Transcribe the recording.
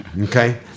Okay